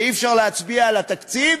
ואי-אפשר להצביע על התקציב,